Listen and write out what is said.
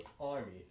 army